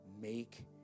Make